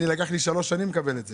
אני, לקח לי שלוש שנים לקבל את זה.